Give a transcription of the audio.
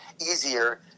easier